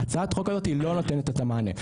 ההצעה הזאת לא נותנת את המענה.